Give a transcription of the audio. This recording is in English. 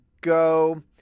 go